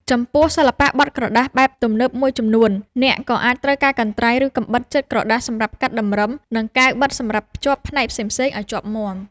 ចំពោះសិល្បៈបត់ក្រដាសបែបទំនើបមួយចំនួន អ្នកក៏អាចត្រូវការកន្ត្រៃ ឬកាំបិតចិតក្រដាសសម្រាប់កាត់តម្រឹម និងកាវបិទសម្រាប់ភ្ជាប់ផ្នែកផ្សេងៗឱ្យជាប់មាំ។